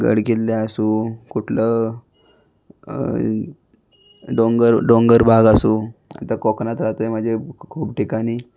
गड किल्ले असो कुठलं डोंगर डोंगरभाग असो आता कोकणात राहतो आहे म्हणजे खूप ठिकाणी